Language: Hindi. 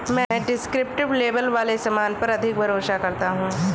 मैं डिस्क्रिप्टिव लेबल वाले सामान पर अधिक भरोसा करता हूं